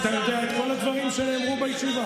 אתה יודע את כל הדברים שנאמרו בישיבה?